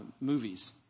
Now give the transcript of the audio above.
movies